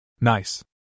Nice